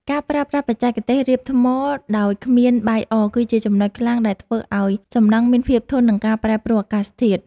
ការប្រើប្រាស់បច្ចេកទេសរៀបថ្មដោយគ្មានបាយអគឺជាចំណុចខ្លាំងដែលធ្វើឱ្យសំណង់មានភាពធន់នឹងការប្រែប្រួលអាកាសធាតុ។